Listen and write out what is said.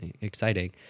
exciting